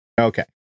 Okay